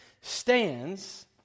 stands